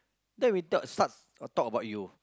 no we talk such talk about you